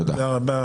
תודה רבה.